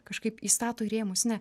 kažkaip įstato į rėmus ne